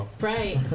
Right